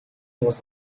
was